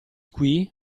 qui